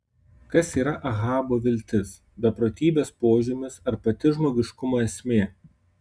kas yra ahabo viltis beprotybės požymis ar pati žmogiškumo esmė